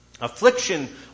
Affliction